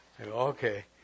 Okay